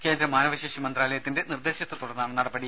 കേന്ദ്ര മാനവശേഷി മന്ത്രാലയത്തിന്റെ നിർദേശത്തെ തുടർന്നാണ് നടപടി